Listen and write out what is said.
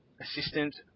assistant